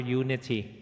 unity